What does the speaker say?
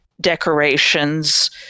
decorations